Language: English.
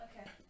Okay